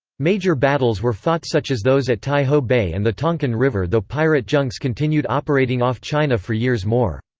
major battles were fought such as those at ty-ho bay and the tonkin river though pirate junks continued operating off china for years more.